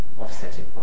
offsetting